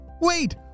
wait